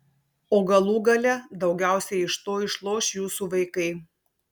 o galų gale daugiausiai iš to išloš jūsų vaikai